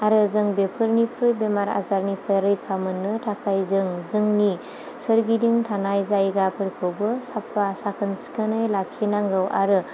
आरो जों बेफोरनिफ्रुइ बेमार आजारनिफ्राय रैखा मोननो थाखाय जों जोंनि सोरगिदिं थानाय जायगाफोरखौबो साफा साखोन सिखोनै लाखिनांगौ आरो